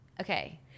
Okay